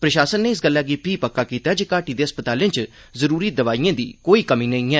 प्रशासन नै इस गल्ला गी फ्ही पक्का कीता ऐ जे घाटी दे अस्पतालें च ज़रूरी दवाइयें दी कोई कमी नेई ऐ